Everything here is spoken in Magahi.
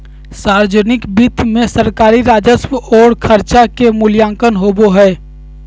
सावर्जनिक वित्त मे सरकारी राजस्व और खर्च के मूल्यांकन होवो हय